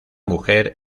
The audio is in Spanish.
mujer